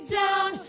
down